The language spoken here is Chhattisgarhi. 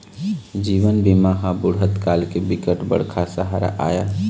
जीवन बीमा ह बुढ़त काल के बिकट बड़का सहारा आय